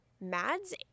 Mads